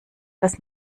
dass